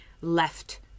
left